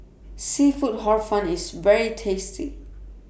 Seafood Hor Fun IS very tasty